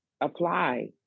apply